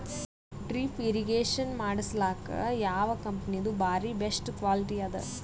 Drip irrigation ಮಾಡಸಲಕ್ಕ ಯಾವ ಕಂಪನಿದು ಬಾರಿ ಬೆಸ್ಟ್ ಕ್ವಾಲಿಟಿ ಅದ?